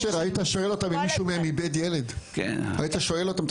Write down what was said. אשר, היית שואל אותם אם מישהו מהם איבד ילד.